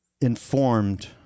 informed